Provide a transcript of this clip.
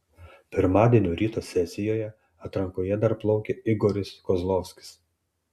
pirmadienio ryto sesijoje atrankoje dar plaukė igoris kozlovskis